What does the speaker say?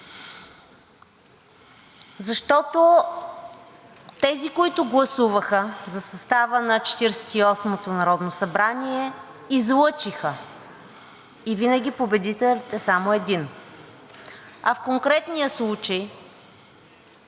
защото тези, които гласуваха за състава на Четиридесет и осмото народно събрание, излъчиха и винаги победителят е само един. А в конкретния случай